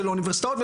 של אוניברסיטאות.